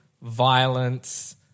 violence